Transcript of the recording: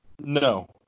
No